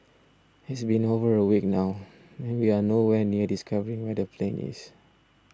it's been over a week now and we are no where near discovering where the plane is